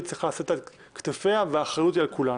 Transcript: צריכה לשאת על כתפיה ואחריות היא על כולנו.